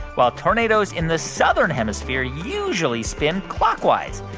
while tornadoes in the southern hemisphere usually spin clockwise.